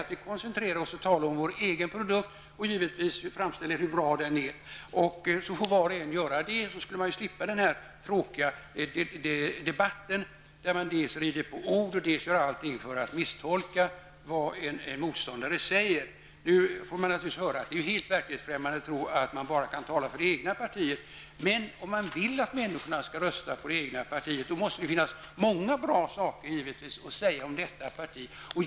Om vi koncentrerade oss på att tala om vår egen produkt, och givetvis framhålla hur bra den är, så skulle man slippa den här tråkiga debatten där man dels rider på ord, dels gör allt för att misstolka vad en motståndare säger. Nu får vi naturligtvis höra att det är helt verklighetsfrämmande att tro att man bara kan tala för det egna partiet. Men om man vill att människornas skall rösta på det egna partiet, måste det givetvis finnas många bra saker att säga om detta parti.